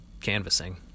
canvassing